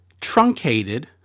truncated